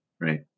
right